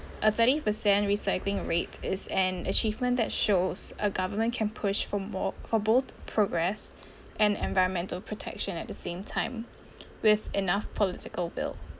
a thirty percent recycling rate is an achievement that shows a government can push for more for both progress and environmental protection at the same time with enough political will